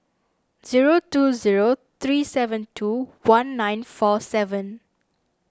zero two zero three seven two one nine four seven